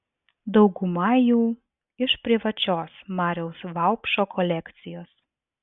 dauguma jų iš privačios mariaus vaupšo kolekcijos